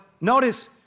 notice